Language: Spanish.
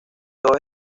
todos